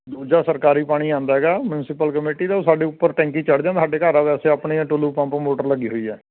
ਦੂਜਾ ਸਰਕਾਰੀ ਪਾਣੀ ਆਉਂਦਾ ਹੈਗਾ ਮਿਉਂਸੀਪਲ ਕਮੇਟੀ ਦਾ ਉਹ ਸਾਡੇ ਉੱਪਰ ਟੈਂਕੀ ਚੜ ਜਾਂਦਾ ਸਾਡੇ ਘਰ ਵੈਸੇ ਆਪਣਾ ਟੂਲੂ ਪੰਪ ਮੋਟਰ ਲੱਗੀ ਹੋਈ ਆ